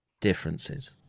differences